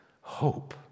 hope